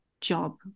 job